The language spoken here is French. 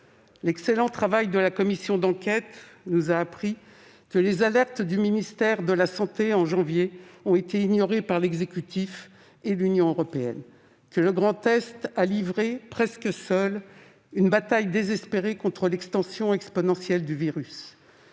L'excellent travail de la commission d'enquête nous apprend que les alertes du ministère de la santé au mois de janvier ont été ignorées par l'exécutif et l'Union européenne, que le Grand Est a livré, presque seul, une bataille désespérée contre l'extension exponentielle du virus,